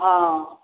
हँ